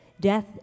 Death